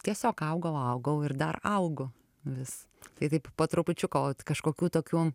tiesiog augau augau ir dar augu vis tai taip po trupučiuką o kažkokių tokių